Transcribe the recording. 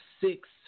six